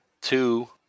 two